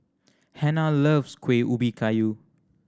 Hannah loves Kueh Ubi Kayu